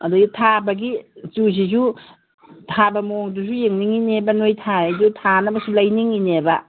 ꯑꯗꯨꯗꯤ ꯊꯥꯕꯒꯤ ꯆꯨꯍꯤꯁꯨ ꯊꯥꯕ ꯃꯑꯣꯡꯗꯨꯁꯨ ꯌꯦꯡꯅꯤꯡꯏꯅꯦꯕ ꯅꯣꯏ ꯊꯥꯔꯤꯗꯨ ꯊꯥꯅꯕꯁꯨ ꯂꯩꯅꯤꯡꯏꯅꯦꯕ